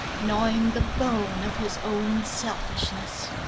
gnawing the bone of his own selfishness.